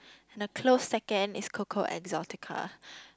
and the close second is Coco exotica